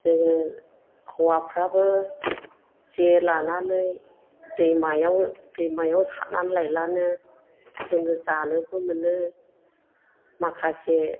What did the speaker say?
जोङो हौवाफ्राबो जे लानानै दैमायाव दैमायाव साथनानै लायलानो जोङो जानोबो मोनो माखासे